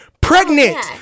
pregnant